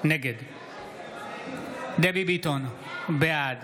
נגד דבי ביטון, בעד